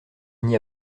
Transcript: n’y